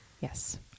Yes